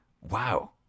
Wow